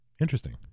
Interesting